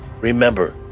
Remember